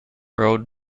road